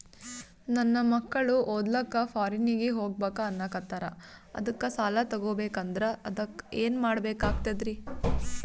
ನನ್ನ ಮಕ್ಕಳು ಓದ್ಲಕ್ಕ ಫಾರಿನ್ನಿಗೆ ಹೋಗ್ಬಕ ಅನ್ನಕತ್ತರ, ಅದಕ್ಕ ಸಾಲ ತೊಗೊಬಕಂದ್ರ ಅದಕ್ಕ ಏನ್ ಕೊಡಬೇಕಾಗ್ತದ್ರಿ?